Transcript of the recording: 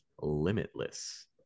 limitless